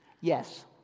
Yes